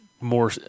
more